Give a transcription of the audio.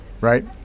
Right